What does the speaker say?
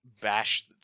bash